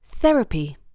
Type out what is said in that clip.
Therapy